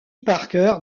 parker